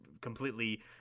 completely